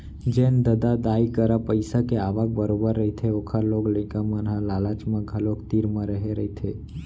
जेन ददा दाई करा पइसा के आवक बरोबर रहिथे ओखर लोग लइका मन ह लालच म घलोक तीर म रेहे रहिथे